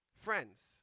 Friends